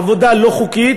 עבודה לא חוקית,